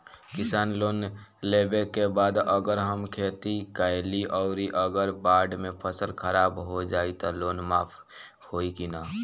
किसान लोन लेबे के बाद अगर हम खेती कैलि अउर अगर बाढ़ मे फसल खराब हो जाई त लोन माफ होई कि न?